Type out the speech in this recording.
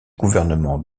gouvernement